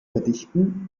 verdichten